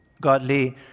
Godly